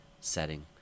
setting